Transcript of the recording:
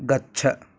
गच्छ